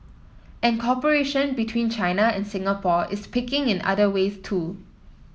and cooperation between China and Singapore is picking in other ways too